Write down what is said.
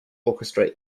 orchestrate